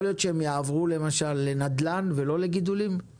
יכול להיות שהם יעברו למשל לנדל"ן ולא לגידולים,